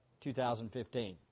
2015